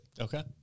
Okay